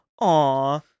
aw